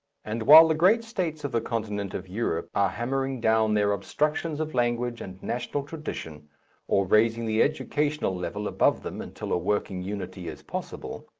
and while the great states of the continent of europe are hammering down their obstructions of language and national tradition or raising the educational level above them until a working unity is possible,